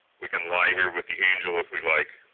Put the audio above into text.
we can lie here with the angle if we like.